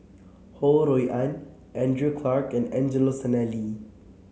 Ho Rui An Andrew Clarke and Angelo Sanelli